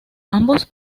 ambos